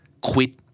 quit